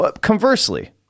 Conversely